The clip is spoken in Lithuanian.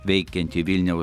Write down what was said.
veikianti vilniaus